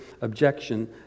objection